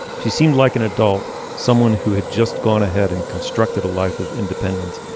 she seemed like an adult someone who had just gone ahead and constructed a life of independence.